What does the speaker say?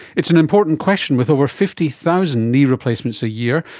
it's an important question with over fifty thousand knee replacements a year,